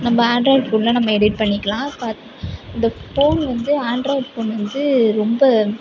நம்ம ஆண்ட்ராய்டு ஃபோனில் நம்ம எடிட் பண்ணிக்கலாம் இப்போ இந்த ஃபோன் வந்து ஆண்ட்ராய்ட் ஃபோனு வந்து ரொம்ப